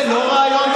זה לא רעיון?